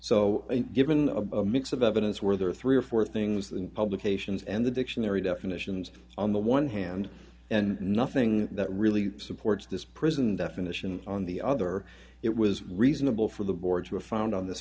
so given a mix of evidence where there are three or four things and publications and the dictionary definitions on the one hand and nothing that really supports this prison definition on the other it was reasonable for the boards were found on this